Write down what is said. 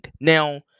Now